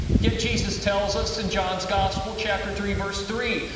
yet jesus tells us in john's gospel, chapter three, verse three,